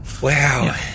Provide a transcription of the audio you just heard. Wow